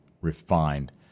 refined